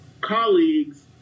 colleagues